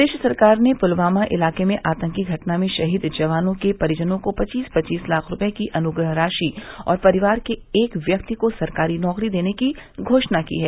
प्रदेश सरकार ने पुलवामा इलाके में आतंकी घटना में शहीद जवानों के परिजनों को पच्चीस पच्चीस लाख रूपये की अनुग्रह राशि और परिवार के एक व्यक्ति को सरकारी नौकरी देने की घोषणा की है